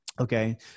Okay